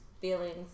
feelings